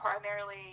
primarily